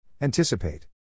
Anticipate